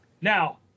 Now